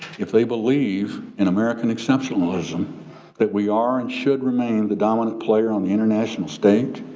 if they believe in american exceptionalism that we are and should remain the dominant player on the international state,